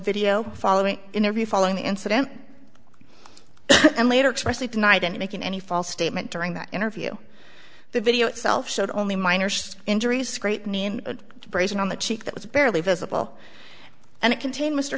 video following interview following the incident and later expressly tonight and making any false statement during that interview the video itself showed only minor injuries scraped knee and brazen on the cheek that was barely visible and it contained mr